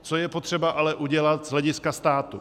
Co je potřeba ale udělat z hlediska státu?